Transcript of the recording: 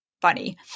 funny